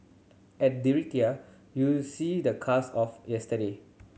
at Detroit you see the cars of yesterday